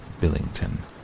Billington